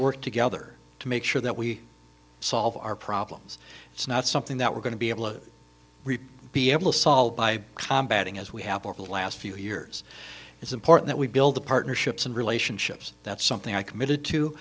work together to make sure that we solve our problems it's not something that we're going to be able to be able to solve by combat and as we have over the last few years it's important that we build partnerships and relationships that's something i committed to